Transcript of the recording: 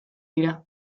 dira